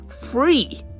free